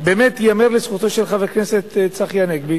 באמת ייאמר לזכותו של חבר הכנסת צחי הנגבי